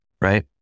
right